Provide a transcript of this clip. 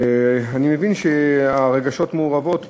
אני מבין שהרגשות מעורבים פה,